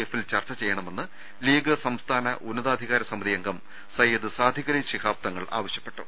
എഫിൽ ചർച്ച ചെയ്യണമെന്ന് ലീഗ് സംസ്ഥാന ഉന്നതാ ധികാര സമിതിയംഗം സയ്യിദ് സാദിഖലി ശിഹാബ് തങ്ങൾ ആവശ്യപ്പെട്ടു